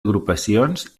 agrupacions